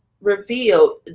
revealed